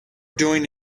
doing